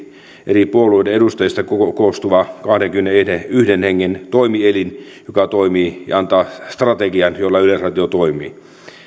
eri puolueiden edustajista koostuva kahdenkymmenenyhden hengen toimielin joka toimii ja antaa strategian jolla yleisradio toimii